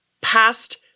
past